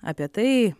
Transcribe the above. apie tai